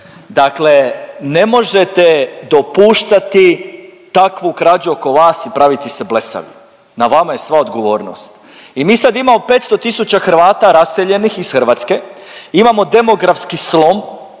dakle ne možete dopuštati takvu krađu oko vas i praviti se blesavi, na vama je sva odgovornost. I mi sad imamo 500 tisuća Hrvata raseljenih iz Hrvatske, imamo demografski slom,